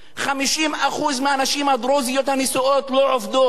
50% מהנשים הדרוזיות הנשואות לא עובדות.